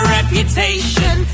reputation